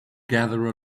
gather